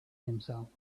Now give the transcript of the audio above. himself